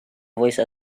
voice